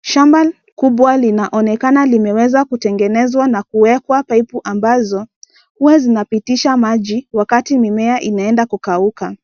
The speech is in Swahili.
Shamba kubwa linaonekana limeweza kutengeneza na kuwekwa pipu ambazo huwa zinapitisha maji wakati mimea inaenda kukauka,